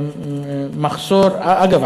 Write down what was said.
אגב,